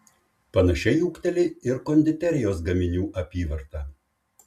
panašiai ūgteli ir konditerijos gaminių apyvarta